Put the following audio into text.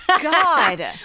God